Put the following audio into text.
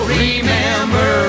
remember